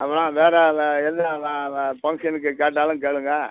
அப்பனா வேறு வே எதுவும் ஃபங்க்ஷனுக்கு கேட்டாலும் கேளுங்க